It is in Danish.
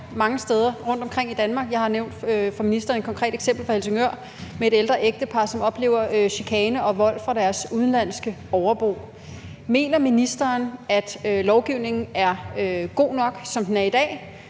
mange steder rundtomkring i Danmark, hvor der er chikane. Jeg har over for ministeren nævnt et konkret eksempel fra Helsingør med et ældre ægtepar, som oplever chikane og vold fra deres udenlandske overbo. Mener ministeren, at lovgivningen er god nok, som den er i dag,